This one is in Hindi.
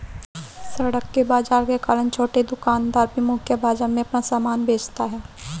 सड़क के बाजार के कारण छोटे दुकानदार भी मुख्य बाजार में अपना सामान बेचता है